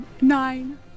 Nine